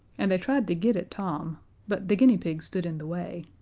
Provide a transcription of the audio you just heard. and they tried to get at tom but the guinea pig stood in the way.